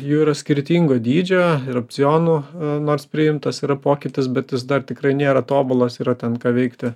jų yra skirtingo dydžio ir opcionų nors priimtas yra pokytis bet jis dar tikrai nėra tobulas yra ten ką veikti